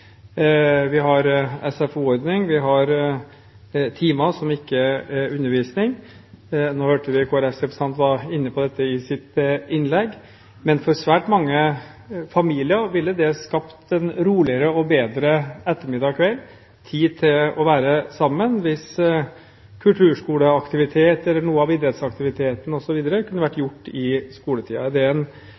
har en SFO-ordning, vi har timer der som ikke er undervisning. Vi hørte at Kristelig Folkepartis representant var inne på dette i sitt innlegg i stad. Men for svært mange familier ville det skapt en roligere og bedre ettermiddag og kveld – med tid til å være sammen – hvis kulturskoleaktivitet eller noe av idrettsaktivitetene kunne vært gjort i